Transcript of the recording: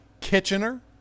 Kitchener